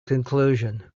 conclusion